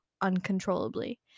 uncontrollably